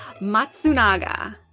Matsunaga